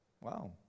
Wow